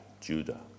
Judah